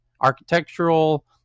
architectural